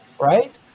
right